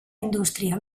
indústria